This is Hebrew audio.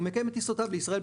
הוא מקיים את טיסותיו לישראל,